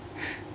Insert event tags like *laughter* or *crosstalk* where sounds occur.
*laughs*